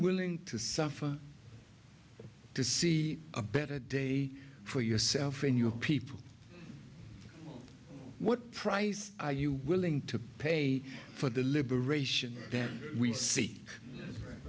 willing to suffer to see a better day for yourself and your people what price are you willing to pay for the liberation that we see